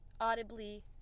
audibly